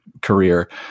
career